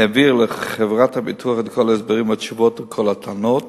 העביר לחברת הביטוח את כל ההסברים והתשובות על כל הטענות.